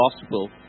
gospel